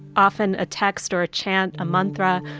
often a text or a chant, a mantra,